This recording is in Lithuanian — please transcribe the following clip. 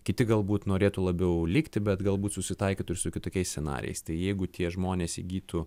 kiti galbūt norėtų labiau likti bet galbūt susitaikytų ir su kitokiais scenarijais tai jeigu tie žmonės įgytų